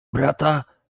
brata